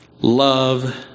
love